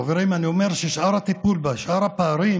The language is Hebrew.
חברים, אני אומר שהטיפול בשאר הפערים